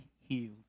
healed